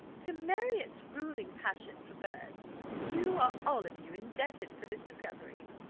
to marriott's ruling passion for birds you are all of you indebted for this discovery.